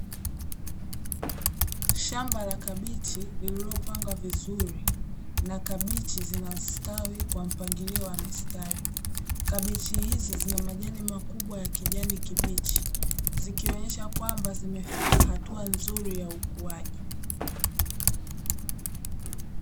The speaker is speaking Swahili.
Shamba la kabichi lililopangwa vizuri na kabichi zinastawi kwa mpangilio wa mistari, kabichi hizo zinamajani makubwa ya kijani kibichi zikionyesha kwamba zimefika atua nzuri za ukuaji.